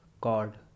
god